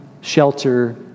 shelter